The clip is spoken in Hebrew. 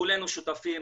כולנו שותפים,